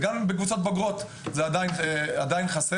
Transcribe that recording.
וגם בקבוצות בוגרות זה עדיין חסר.